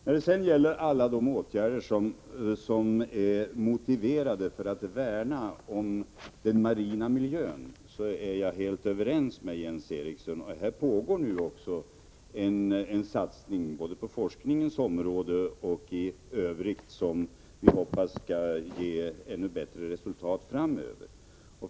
När det gäller alla de åtgärder som är motiverade för att värna om den marina miljön är jag helt överens med Jens Eriksson. Här pågår nu också en satsning både på forskningsområdet och i övrigt, som vi hoppas skall kunna ge ännu bättre resultat framöver.